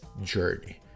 journey